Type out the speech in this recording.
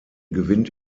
gewinnt